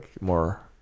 more